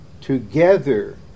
Together